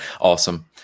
Awesome